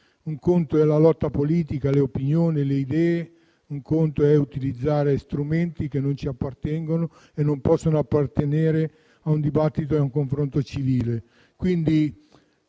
un conto sono la lotta politica, le opinioni e le idee, un altro conto è utilizzare strumenti che non ci appartengono e non possono appartenere a un dibattito e a un confronto civili.